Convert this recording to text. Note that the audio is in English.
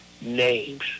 names